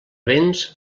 vents